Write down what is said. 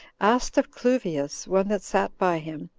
asked of cluvius, one that sat by him,